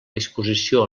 disposició